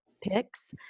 Picks